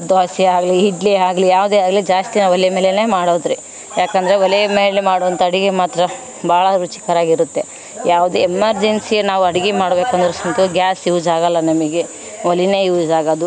ದೋಸೆ ಆಗಲಿ ಇಡ್ಲಿ ಆಗಲಿ ಯಾವುದೇ ಆಗಲಿ ಜಾಸ್ತಿ ನಾ ಒಲೆ ಮೇಲೇ ಮಾಡೋದು ರೀ ಯಾಕಂದರೆ ಒಲೆ ಮೇಲೆ ಮಾಡೋಂಥ ಅಡಿಗೆ ಮಾತ್ರ ಭಾಳ ರುಚಿಕರ ಆಗಿರುತ್ತೆ ಯಾವುದೇ ಎಮರ್ಜೆನ್ಸಿ ನಾವು ಅಡಿಗೆ ಮಾಡ್ಬೇಕಂದ್ರೆ ಸಹಿತ ಗ್ಯಾಸ್ ಯೂಸ್ ಆಗೋಲ್ಲ ನಮಗೆ ಒಲೆನೇ ಯೂಸ್ ಆಗೋದು